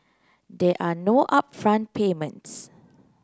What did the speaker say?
there are no upfront payments